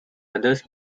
others